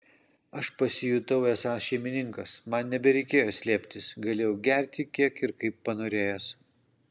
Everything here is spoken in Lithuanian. aš pasijutau esąs šeimininkas man nebereikėjo slėptis galėjau gerti kiek ir kaip panorėjęs